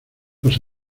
los